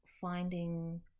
finding